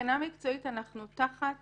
מבחינה מקצועית אנחנו תחת